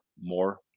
more